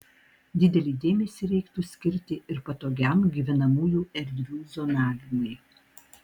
didelį dėmesį reiktų skirti ir patogiam gyvenamųjų erdvių zonavimui